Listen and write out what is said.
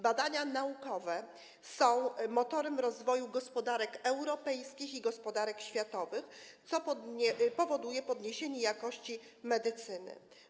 Badania naukowe są motorem rozwoju gospodarek europejskich i gospodarek światowych, co powoduje podniesienie jakości medycyny.